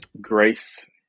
grace